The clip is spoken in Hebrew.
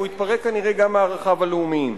הוא התפרק כנראה גם מערכיו הלאומיים.